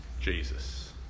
Jesus